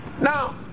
now